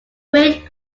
great